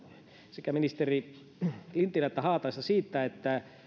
sekä ministeri lintilää että haataista siitä että